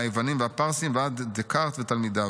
מהיוונים והפרסים ועד דיקרט ותלמידיו'.